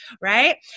right